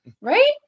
Right